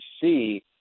see –